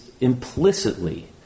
implicitly